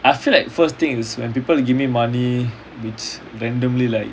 I feel like first thing is when people give me money which randomly like